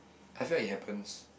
I felt it happens